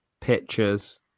pictures